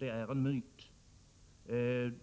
min mening en myt.